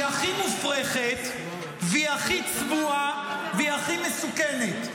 הכי מופרכת והיא הכי צבועה והיא הכי מסוכנת.